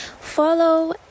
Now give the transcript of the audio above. follow